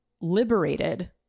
liberated